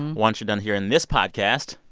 once you're done hearing this podcast,